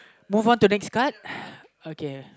move on to next card okay